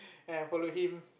and follow him